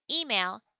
Email